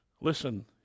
Listen